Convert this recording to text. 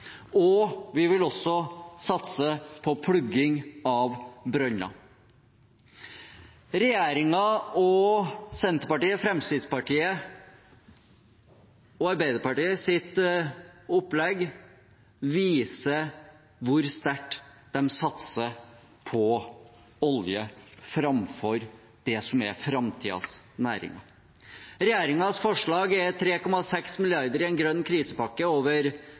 og produsere hydrogen, og vi vil også satse på plugging av brønner. Regjeringen og Senterpartiet, Fremskrittspartiet og Arbeiderpartiets opplegg viser hvor sterkt de satser på olje framfor det som er framtidens næringer. Regjeringens forslag er 3,6 mrd. kr i en grønn krisepakke over